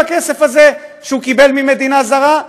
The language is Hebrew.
בכסף הזה שהוא קיבל ממדינה זרה?